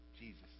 Jesus